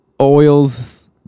Oils